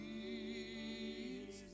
Jesus